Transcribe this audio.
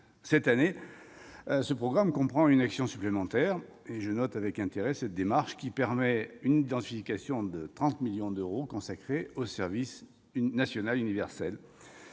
Cette année, ce programme comprend une action supplémentaire. Je note avec intérêt cette démarche, qui permet d'identifier les 30 millions d'euros consacrés au service national universel.